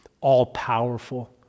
all-powerful